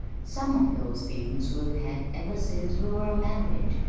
some of those things we've had ever since we were married.